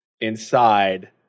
Inside